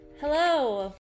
Hello